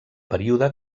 període